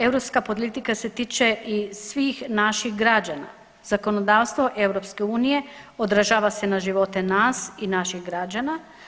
Europska politika se tiče i svih naših građana, zakonodavstvo EU odražava se na živote nas i naših građana.